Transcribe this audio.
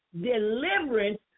deliverance